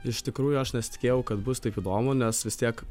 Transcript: iš tikrųjų aš nesitikėjau kad bus taip įdomu nes vis tiek